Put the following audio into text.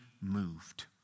moved